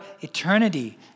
eternity